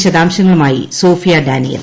വിശദാംശങ്ങളുമായി സോഫിയ ഡാനിയേൽ